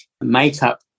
makeup